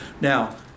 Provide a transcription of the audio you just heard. Now